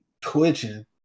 twitching